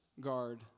guard